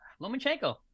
Lomachenko